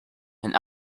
and